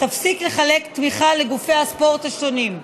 תפסיק לחלק תמיכה לגופי הספורט השונים.